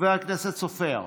חבר הכנסת סופר,